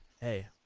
hey